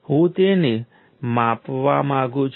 તેથી હવે આ એલિમેન્ટને મળતો પાવર V × I છે